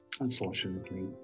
Unfortunately